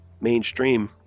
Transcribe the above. mainstream